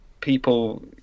people